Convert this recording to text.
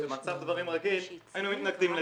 במצב דברים רגיש היינו מתנגדים לזה.